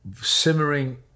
simmering